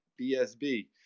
BSB